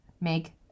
make